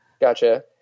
Gotcha